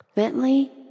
Bentley